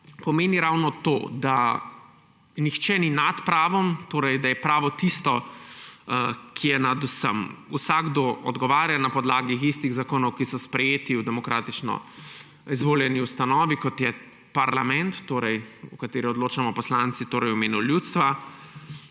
pomeni ravno to, da nihče ni nad pravom, torej da je pravo tisto, ki je nad vsem. Vsakdo odgovarja na podlagi istih zakonov, ki so sprejeti v demokratično izvoljeni ustanovi, kot je parlament, v kateri odločamo poslanci v imenu ljudstva,